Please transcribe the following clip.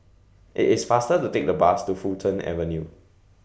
IT IS faster to Take The Bus to Fulton Avenue